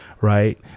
right